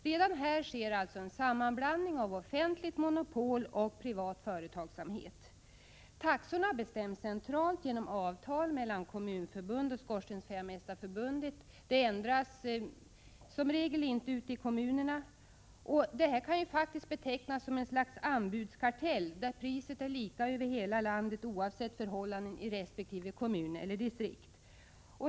Redan här sker en sammanblandning av offentligt monopol och privat företagsamhet. Taxorna bestäms centralt genom avtal mellan Kommunförbundet och Skorstensfejarmästarförbundet. De ändras som regel inte ute i kommunerna. Detta kan faktiskt betecknas som ett slags anbudskartell, där priset är lika över hela landet oavsett förhållanden i resp. kommun eller distrikt.